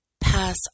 pass